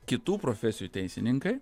kitų profesijų teisininkai